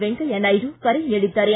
ವೆಂಕಯ್ಯ ನಾಯ್ಡ ಕರೆ ನೀಡಿದ್ದಾರೆ